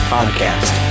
Podcast